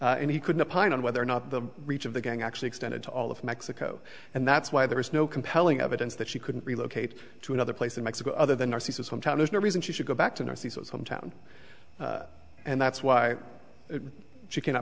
gang and he could not pine on whether or not the reach of the gang actually extended to all of mexico and that's why there is no compelling evidence that she couldn't relocate to another place in mexico other than r c so sometimes there's no reason she should go back to ne as hometown and that's why she cannot